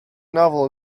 novel